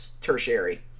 tertiary